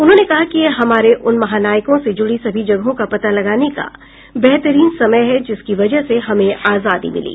उन्होंने कहा कि यह हमारे उन महानायकों से जुड़ी सभी जगहों का पता लगाने का बेहतरीन समय है जिनकी वजह से हमें आजादी मिली